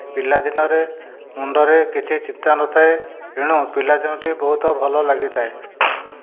ପିଲାଦିନରେ ମୁଣ୍ଡରେ କିଛି ଚିନ୍ତା ନଥାଏ ଏଣୁ ପିଲା ଦିନଟି ବହୁତ ଭଲ ଲାଗିଥାଏ